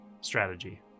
strategy